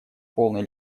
полной